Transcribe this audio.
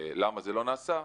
למה זה לא נעשה,